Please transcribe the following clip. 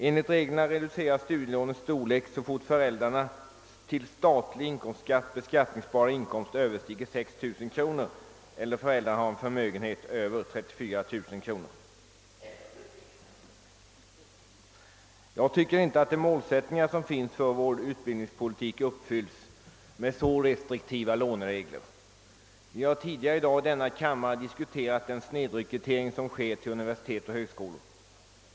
Enligt reglerna reduceras studielånet så snart föräldrarnas till statlig inkomstskatt beskattningsbara inkomst överstiger 6 000 kronor eller när de har en förmögenhet på över 34 000 kronor. Jag tycker inte att de målsättningar som finns för vår utbildningspolitik uppfylls med så restriktiva låneregler. Vi har tidigare i dag i denna kammare diskuterat den snedrekrytering som sker till universitet och högskolor.